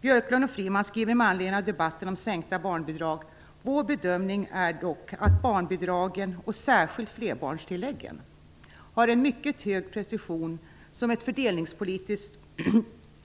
Björklund och Freeman skriver med anledning av debatten om sänkta barnbidrag: "Vår bedömning är dock att barnbidragen - och särskilt flerbarnstilläggen - har en mycket hög precision som ett fördelningspolitiskt